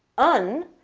un,